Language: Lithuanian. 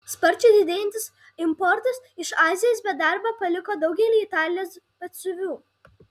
sparčiai didėjantis importas iš azijos be darbo paliko daugelį italijos batsiuvių